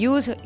Use